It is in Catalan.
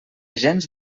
gens